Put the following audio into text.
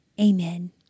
Amen